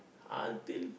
until